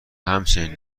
همچنین